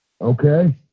Okay